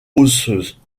osseuses